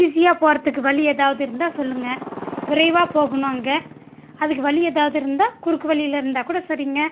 ஈஸியாக போகிறத்துக்கு வழி எதாவது இருந்தால் சொல்லுங்கள் விரைவாக போகணும் அங்கே அதுக்கு வழி எதாவது இருந்தால் குறுக்கு வழியில் இருந்தால் கூட சரிங்க